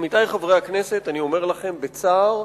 עמיתי חברי הכנסת, אני אומר לכם בצער: